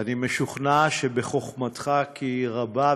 אני משוכנע שבחוכמתך כי רבה,